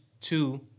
two